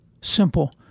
simple